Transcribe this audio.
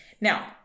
Now